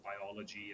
biology